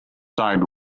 side